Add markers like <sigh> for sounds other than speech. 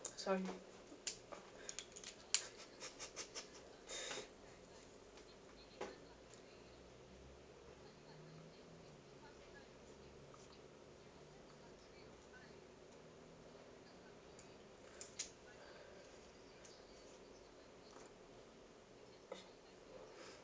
sorry <laughs>